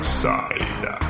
side